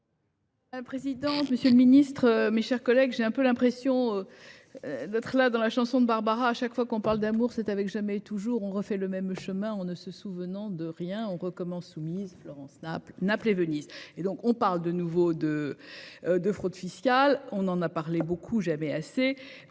Madame la présidente, monsieur le ministre, mes chers collègues, j'ai un peu l'impression d'être dans la chanson de Barbara :« Chaque fois qu'on parle d'amour, [...]« C'est avec " jamais " et " toujours ".« On refait le même chemin « En ne se souvenant de rien « Et l'on recommence, soumise, « Florence et Naples, « Naples et Venise. » On parle de nouveau de fraude fiscale ; certes, on en a parlé beaucoup, mais on